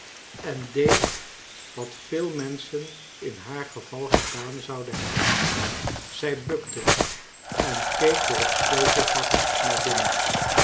en deed wat veel menschen in haar geval gedaan zouden hebben zij bukte en keek door het sleutelgat naar binnen